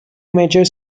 major